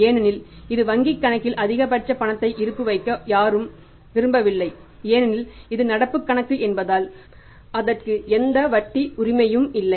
ஏனெனில் இது வங்கிக் கணக்கில் அதிகபட்ச பணத்தை இருப்பு வைக்க யாரும் விரும்பவில்லை ஏனெனில் இது நடப்புக் கணக்கு என்பதால் அதற்கு எந்த வட்டி உரிமையும் இல்லை